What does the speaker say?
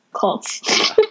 cults